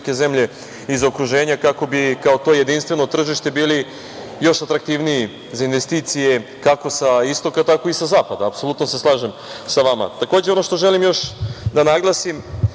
i još neke zemlje iz okruženja kako bi kao to jedinstveno tržište bili još atraktivniji za investicije, kako sa istoka tako i sa zapada, apsolutno se slažem sa vama. Takođe, ono što želim još da naglasim,